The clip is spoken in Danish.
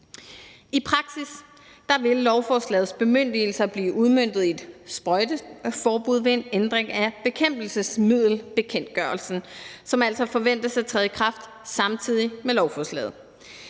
I praksis vil lovforslagets bemyndigelser blive udmøntet i et sprøjteforbud ved en ændring af bekæmpelsesmiddelbekendtgørelsen, som altså forventes at træde i kraft samtidig med lovforslaget.